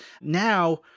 Now